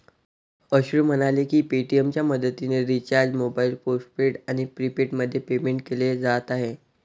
अश्रू म्हणाले की पेटीएमच्या मदतीने रिचार्ज मोबाईल पोस्टपेड आणि प्रीपेडमध्ये पेमेंट केले जात आहे